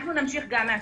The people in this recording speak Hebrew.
אנחנו נמשיך גם מהשטח.